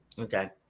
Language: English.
Okay